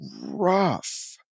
rough